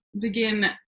begin